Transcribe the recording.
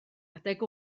adeg